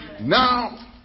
Now